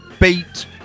beat